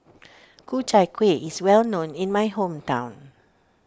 Ku Chai Kuih is well known in my hometown